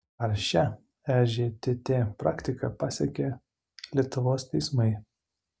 ar šia ežtt praktika pasekė lietuvos teismai